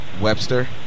Webster